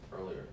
earlier